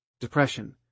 depression